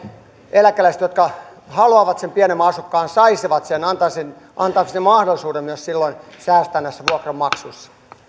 eläkeläiset jotka haluavat sen pienemmän asunnon saisivat sen se antaisi mahdollisuuden myös säästää näissä vuokranmaksuissa